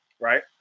right